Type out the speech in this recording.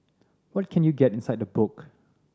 what can you get inside the book